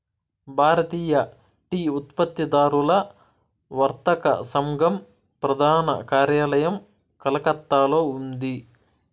భారతీయ tea ఉత్పత్తిదారుల వర్తక సంఘం ప్రధాన కార్యాలయం కలకత్తాలో ఉంది